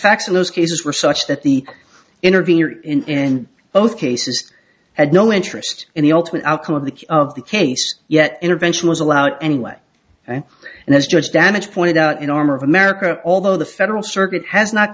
facts in those cases were such that the interviewer in both cases had no interest in the ultimate outcome of the of the case yet intervention was allowed anyway and as judge damage pointed out in armor of america although the federal circuit has not